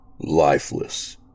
lifeless